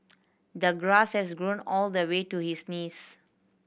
the grass has grown all the way to his knees